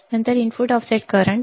नंतर input offset current